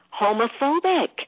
homophobic